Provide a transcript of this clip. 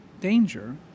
danger